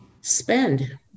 spend